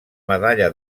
medalla